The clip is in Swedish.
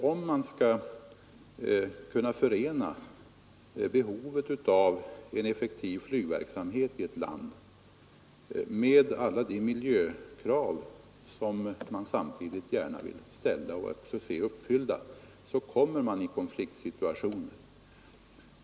Om man skall kunna förena behovet av en effektiv flygverksamhet i ett land med alla de miljökrav som man gärna vill ställa och se uppfyllda kommer man i konfliktsituationer.